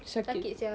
sakit [sial]